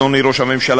אדוני ראש הממשלה,